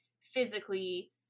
physically